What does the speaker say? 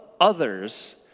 others